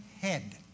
head